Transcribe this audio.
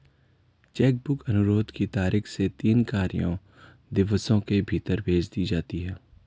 check book अनुरोध की तारीख से तीन कार्य दिवसों के भीतर भेज दी जाती है